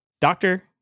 doctor